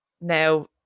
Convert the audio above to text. now